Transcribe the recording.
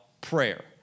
prayer